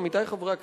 עמיתי חברי הכנסת,